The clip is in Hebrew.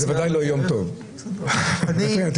זה בוודאי לא יום טוב, מבחינתי.